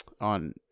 on